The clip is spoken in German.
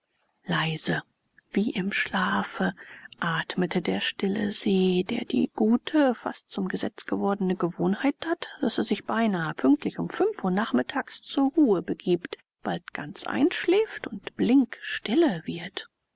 leise wie im schlafe atmete der stille see der die gute fast zum gesetz gewordene gewohnheit hat daß er sich beinahe pünktlich um fünf uhr nachmittags zur ruhe begibt bald ganz einschläft und blinkstille wird